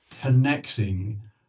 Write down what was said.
connecting